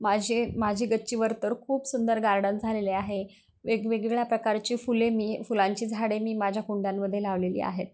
माझे माझे गच्चीवर तर खूप सुंदर गार्डन झालेले आहे वेगवेगळ्या प्रकारचे फुले मी फुलांची झाडे मी माझ्या कुंड्यांमध्ये लावलेली आहेत